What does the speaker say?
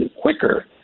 quicker